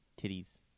titties